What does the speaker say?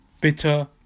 bitter